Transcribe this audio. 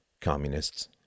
communists